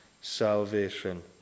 salvation